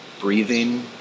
breathing